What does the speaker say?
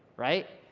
right?